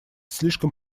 слишком